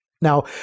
Now